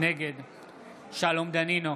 נגד שלום דנינו,